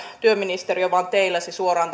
työministeriö vain teilasi suoraan